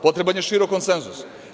Potreban je širok konsenzus.